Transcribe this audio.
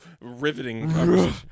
riveting